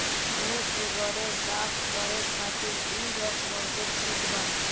मुंह के बरे साफ करे खातिर इ वैक्स बहुते ठिक बा